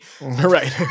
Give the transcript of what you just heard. Right